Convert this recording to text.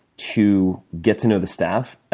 to get to know the staff.